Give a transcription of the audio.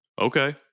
Okay